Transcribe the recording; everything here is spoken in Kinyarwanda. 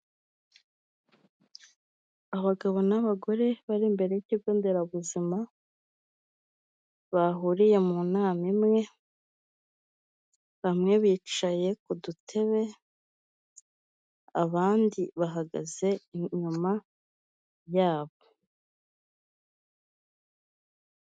Abagabo n'abagore bari imbere y'ikigo nderabuzima, bahuriye mu nama imwe l, bamwe bicaye ku dutebe, abandi bahagaze inyuma yabo.